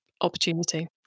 opportunity